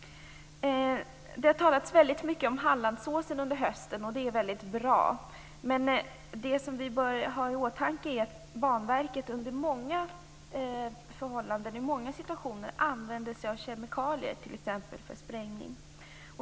Det har under hösten talats mycket om Hallandsåsen, och det är väldigt bra, men vi bör också ha i åtanke att Banverket i många situationer använder kemikalier, t.ex. för sprängning.